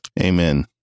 Amen